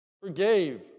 Forgave